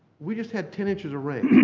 we just had ten inches of rain.